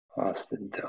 Austin